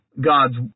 God's